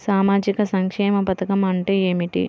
సామాజిక సంక్షేమ పథకం అంటే ఏమిటి?